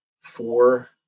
four